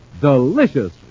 Delicious